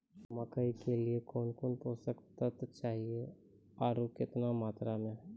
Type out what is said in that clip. मकई के लिए कौन कौन पोसक तत्व चाहिए आरु केतना मात्रा मे?